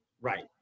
Right